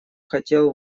хотел